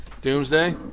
Doomsday